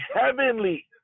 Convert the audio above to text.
heavenly